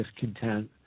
discontent